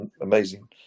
amazing